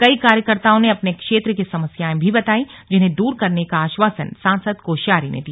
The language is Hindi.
कई कार्यकर्ताओ ने अपने क्षेत्र की समस्याएं भी बताई जिन्हें दूर करने का आश्वासन सांसद कोश्यारी ने दिया